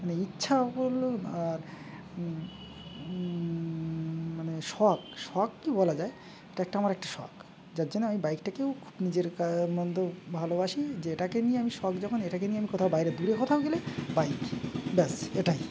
মানে ইচ্ছা বলল আর মানে শখ শখ কি বলা যায় এটা একটা আমার একটা শখ যার জন্য আমি বাইকটাকেও খুব নিজের মধ্যে ভালোবাসি যে এটাকে নিয়ে আমি শখ যখন এটাকে নিয়ে আমি কোথাও বাইরে দূরে কোথাও গেলে বাইক ব্যাস এটাই